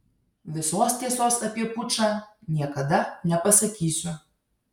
visos tiesos apie pučą niekada nepasakysiu